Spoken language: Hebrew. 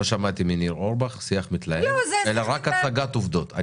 לא שמעתי מניר אורבך שיח מתלהם אלא רק הצגת עובדות.